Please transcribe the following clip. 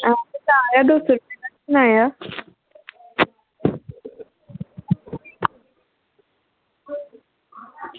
आं सारें ई दौ सौ रपेआ तगर सनाया